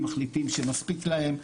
מחליטים שמספיק להם.